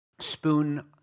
Spoon